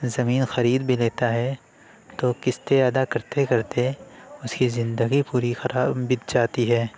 زمین خرید بھی لیتا ہے تو قسطیں ادا کرتے کرتے اس کی زندگی پوری خراب بیت جاتی ہے